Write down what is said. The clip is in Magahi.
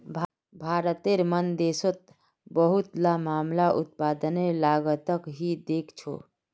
भारतेर मन देशोंत बहुतला मामला उत्पादनेर लागतक ही देखछो